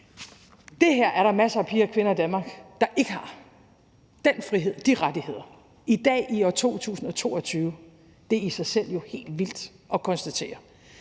Det her er der masser af piger og kvinder i Danmark der ikke har, altså den frihed og de rettigheder, i dag, i år 2022. Det er jo i sig selv helt vildt at konstatere.